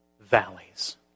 valleys